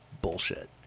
bullshit